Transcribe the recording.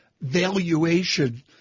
valuation